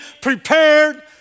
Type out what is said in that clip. prepared